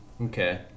Okay